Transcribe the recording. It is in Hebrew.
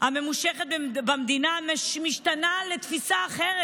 הממושכת במדינה משתנה לתפיסה אחרת,